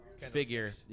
figure